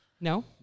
No